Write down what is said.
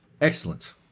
Excellent